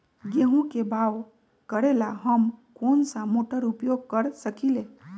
गेंहू के बाओ करेला हम कौन सा मोटर उपयोग कर सकींले?